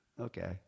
Okay